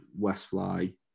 Westfly